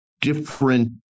different